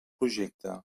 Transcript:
projecte